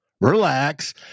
relax